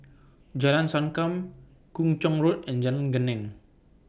Jalan Sankam Kung Chong Road and Jalan Geneng